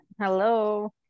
Hello